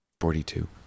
Forty-two